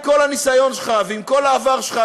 עם כל הניסיון שלך ועם כל העבר שלך,